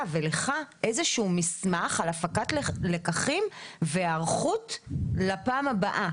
ולך איזשהו מסמך על הפקת לקחים והיערכות לפעם הבאה.